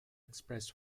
express